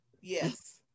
Yes